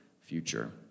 future